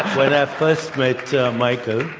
when i first met michael,